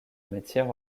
matière